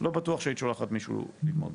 שלא בטוח שהיית שולחת מישהו ללמוד בהם.